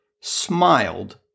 smiled